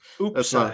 Oops